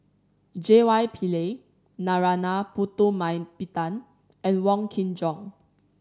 J Y Pillay Narana Putumaippittan and Wong Kin Jong